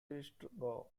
christgau